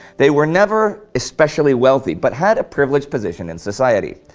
they were never especially wealthy, but had a privileged position in society.